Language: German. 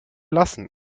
lassen